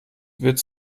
wird